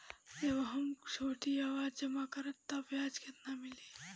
जब हम छोटी अवधि जमा करम त ब्याज केतना मिली?